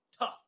tough